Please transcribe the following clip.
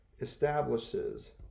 establishes